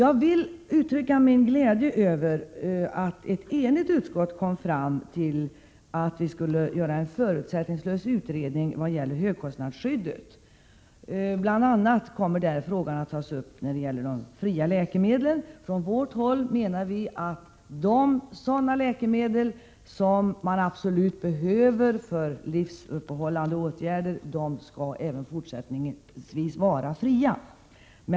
Jag vill uttrycka min glädje över att ett enigt utskott kom fram till att vi skulle göra en förutsättningslös utredning beträffande högkostnadsskyddet. Bl. a. kommer den frågan att beröras i samband med de fria läkemedlen. Från vårt håll menar vi att sådana läkemedel som den enskilde absolut behöver för livsuppehållande åtgärder skall även fortsättningsvis vara fria.